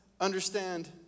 understand